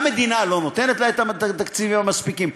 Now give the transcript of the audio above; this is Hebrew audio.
המדינה לא נותנת לה את התקציבים המספיקים,